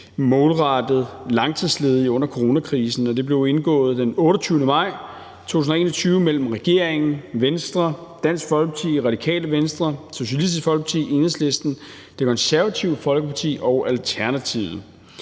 målrettet langtidsledige under coronakrisen. Den blev indgået den 28. maj 2021 af regeringen, Venstre, Dansk Folkeparti, Radikale Venstre, Socialistisk Folkeparti, Enhedslisten, Det Konservative Folkeparti og Alternativet.